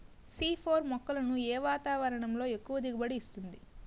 C four మొక్కలను ఏ వాతావరణంలో ఎక్కువ దిగుబడి ఇస్తుంది?